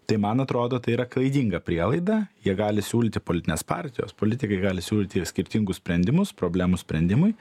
tai man atrodo tai yra klaidinga prielaida jie gali siūlyti politinės partijos politikai gali siūlyti skirtingus sprendimus problemų sprendimui